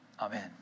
Amen